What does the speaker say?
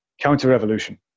counter-revolution